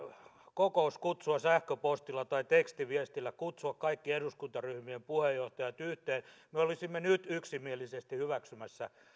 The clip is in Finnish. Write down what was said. kokouskutsua sähköpostilla tai tekstiviestillä kutsua kaikki eduskuntaryhmien puheenjohtajat yhteen me olisimme nyt yksimielisesti hyväksymässä